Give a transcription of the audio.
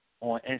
on